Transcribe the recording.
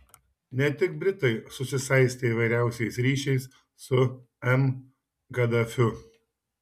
ne tik britai susisaistė įvairiausiais ryšiais su m gaddafiu